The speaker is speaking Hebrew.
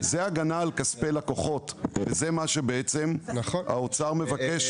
זוהי הגנה על כספי לקוחות, וזה מה שהאוצר מבקש